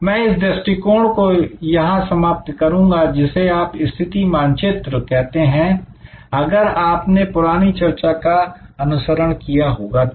मैं इस दृष्टिकोण को यहां समाप्त करूंगा जिसे आप स्थिति मानचित्र कहते हैं अगर आपने पुरानी चर्चा का अनुसरण किया होगा तो